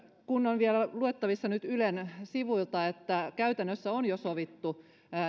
kun tosiaan on vielä luettavissa nyt ylen sivuilta että käytännössä on jo sovittu